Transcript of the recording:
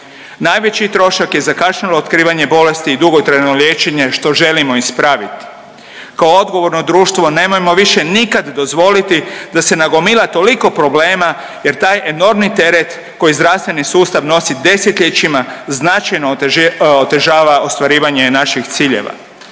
Najveći trošak je zakašnjelo otkrivanje bolesti i dugotrajno liječenje, što želimo ispraviti. Kao odgovorno društvo nemojmo više nikad dozvoliti da se nagomila toliko problema jer taj enormni teret koji zdravstveni sustav nosi desetljećima, značajno otežava ostvarivanje naših ciljeva.